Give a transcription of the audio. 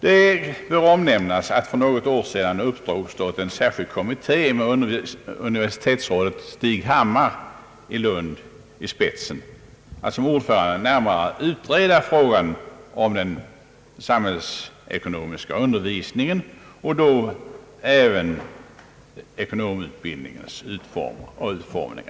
Det bör omnämnas att för något år sedan uppdrogs det åt en särskild kommitteé med universitetsrådet Stig Hammar i Lund som ordförande att utreda frågan om den samhällsekonomiska undervisningens och då även ekonomutbildningens utformning.